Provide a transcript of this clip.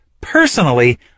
Personally